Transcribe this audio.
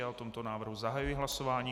O tomto návrhu zahajuji hlasování.